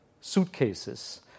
suitcases